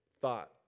thought